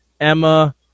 Emma